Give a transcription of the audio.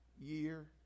year